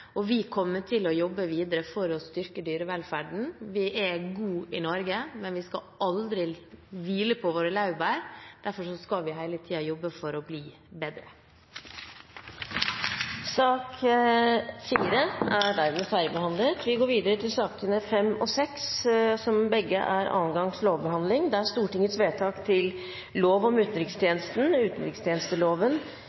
Vi kommer til å jobbe videre for å styrke dyrevelferden. Vi er gode i Norge, men vi skal aldri hvile på våre laurbær. Derfor skal vi hele tiden jobbe for å bli bedre. Interpellasjonsdebatten er dermed avsluttet. Presidenten vil foreslå at sakene nr. 5 og 6, som er andre gangs behandling av lovsaker, behandles under ett. – Det anses vedtatt. Ingen har bedt om